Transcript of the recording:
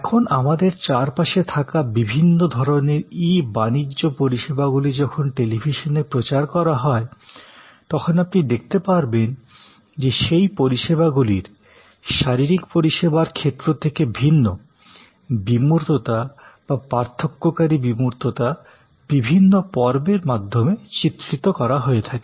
এখন আমাদের চারপাশে থাকা বিভিন্ন ধরণের ই বাণিজ্য পরিষেবাগুলি যখন টেলিভিশনে প্রচার করা হয় তখন আপনি দেখতে পারবেন যে সেই ই পরিষেবাগুলির শারীরিক পরিষেবার ক্ষেত্র থেকে ভিন্ন বিমূর্ততা বা পার্থক্যকারী বিমূর্ততা বিভিন্ন পর্বের মাধ্যমে চিত্রিত করা হয়ে থাকে